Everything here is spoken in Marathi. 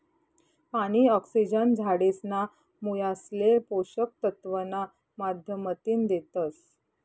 पानी, ऑक्सिजन झाडेसना मुयासले पोषक तत्व ना माध्यमतीन देतस